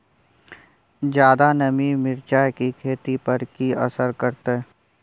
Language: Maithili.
ज्यादा नमी मिर्चाय की खेती पर की असर करते?